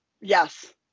yes